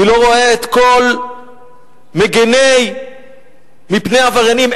אני לא רואה את כל המגינים מפני העבריינים.